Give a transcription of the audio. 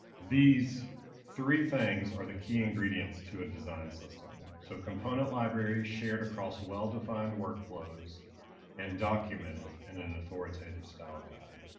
these three things are the key ingredients to a design system. so component libraries shared across well-defined workflows and documented in an authoritative style guide.